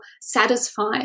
satisfied